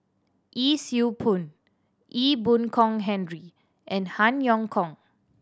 Yee Siew Pun Ee Boon Kong Henry and Han Yong Hong